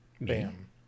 Bam